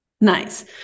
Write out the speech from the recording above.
Nice